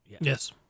Yes